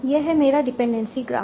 यह है मेरा डिपेंडेंसी ग्राफ